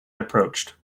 approached